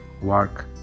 work